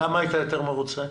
למה היית יותר מרוצה?